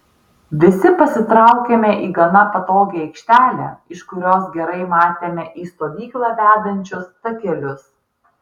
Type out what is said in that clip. visi pasitraukėme į gana patogią aikštelę iš kurios gerai matėme į stovyklą vedančius takelius